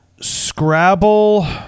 Scrabble